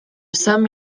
some